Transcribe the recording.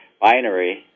binary